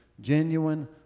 genuine